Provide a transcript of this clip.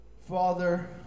father